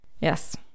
Yes